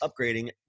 upgrading